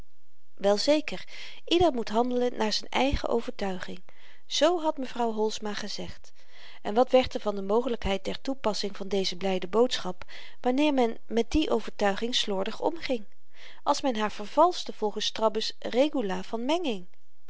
wel zeker ieder moet handelen naar z'n eigen overtuiging z had mevrouw holsma gezegd en wat werd er van de mogelykheid der toepassing van deze blyde boodschap wanneer men met die overtuiging slordig omging als men haar vervalschte volgens strabbe's regula van menging